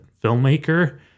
filmmaker